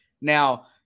now